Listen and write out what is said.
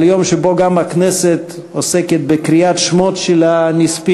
אבל יום שבו גם הכנסת עוסקת בקריאת שמות הנספים,